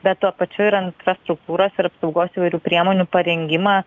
bet tuo pačiu ir infrastruktūros ir apsaugos priemonių parengimą